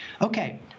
Okay